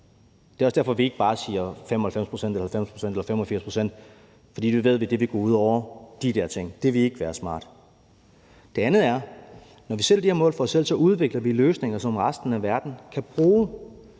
Det er også derfor, vi ikke bare siger 95 pct., 90 pct. eller 85 pct. For det ved vi vil gå ud over de der ting. Det ville ikke være smart. Det andet handler om, at når vi sætter de her mål for os selv, udvikler vi løsninger, som resten af verden kan bruge.